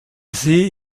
see